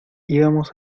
íbamos